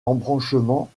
embranchement